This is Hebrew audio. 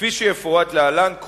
כפי שיפורט להלן,